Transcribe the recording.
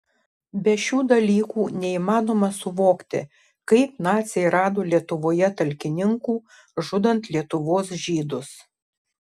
be šių dalykų neįmanoma suvokti kaip naciai rado lietuvoje talkininkų žudant lietuvos žydus